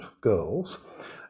girls